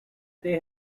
they